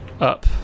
up